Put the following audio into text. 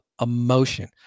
emotion